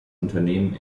unternehmen